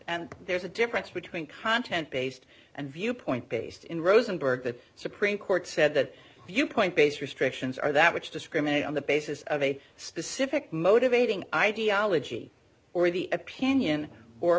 and there's a difference between content based and viewpoint based in rosenberg the supreme court said that viewpoint based restrictions are that which discriminate on the basis of a specific motivating ideology or the opinion or